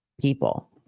people